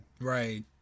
Right